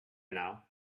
now